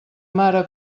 mare